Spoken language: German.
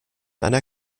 einer